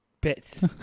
bits